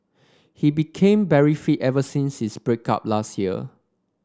he became very fit ever since his break up last year